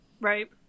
Right